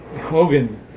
Hogan